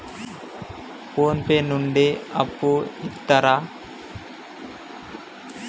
Phone pay నుండి అప్పు ఇత్తరా?